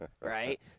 right